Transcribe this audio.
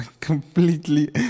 completely